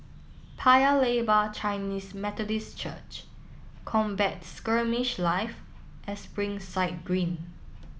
Paya Lebar Chinese Methodist Church Combat Skirmish Live and Springside Green